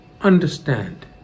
understand